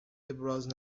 ابراز